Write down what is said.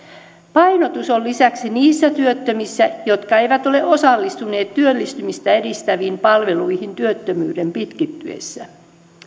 painotus on lisäksi niissä työttömissä jotka eivät ole osallistuneet työllistymistä edistäviin palveluihin työttömyyden pitkittyessä